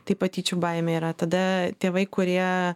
tai patyčių baimė yra tada tėvai kurie